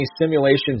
simulations